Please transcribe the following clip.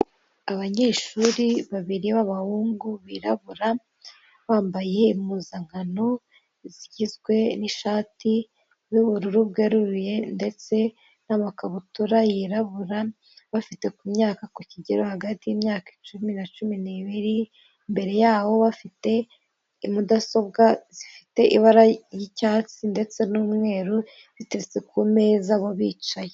Abanyeshuri babiri b'abahungu birabura bambaye impuzankano, zigizwe n'ishati y'ubururu bweruye ndetse n'amakabutura yirabura bafite ku myaka ku kigero hagati y'imyaka icumi na cumi n'ibiriri, mbere ya ho bafite mudasobwa zifite ibara ry'icyatsi, ndetse n'umweru ziteretse ku meza bo bicaye.